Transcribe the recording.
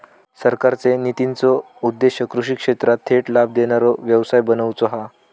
सरकारचे नितींचो उद्देश्य कृषि क्षेत्राक थेट लाभ देणारो व्यवसाय बनवुचा हा